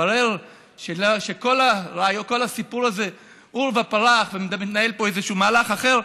כשהתברר שכל הסיפור הזה עורבא פרח ומתנהל פה איזשהו מהלך אחר,